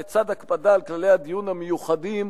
לצד הקפדה על כללי הדיון המיוחדים,